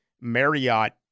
Marriott